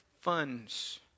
funds